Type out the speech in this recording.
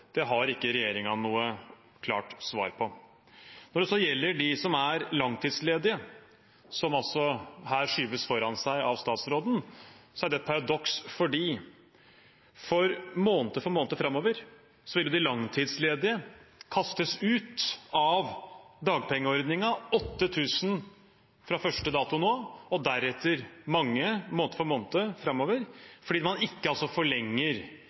Det har ikke regjeringen noe klart svar på. Når det gjelder dem som er langtidsledige, som statsråden skyver foran seg her, er det et paradoks, for måned for måned framover vil de langtidsledige kastes ut av dagpengeordningen – 8 000 fra første dato nå og deretter mange måned for måned framover – fordi man ikke forlenger